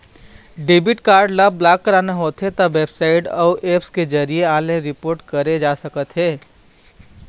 debit card ल block कराना होथे त बेबसाइट अउ ऐप्स के जरिए ऑनलाइन रिपोर्ट करे जा सकथे